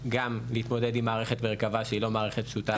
להתמודד עם מערכת מרכבה שהיא מערכת לא פשוטה,